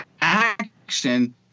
action